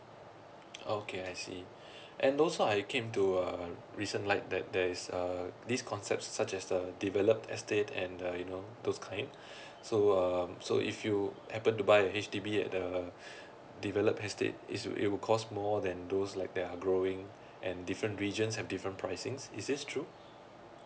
okay I see and also I came to a recent like that there is a this concept such as the developed estate and uh you know those kind so um so if you happen to buy a H_D_B at the developed estate it will it will costs more than those like there are growing and different regions have different pricing is this true